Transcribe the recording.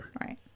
Right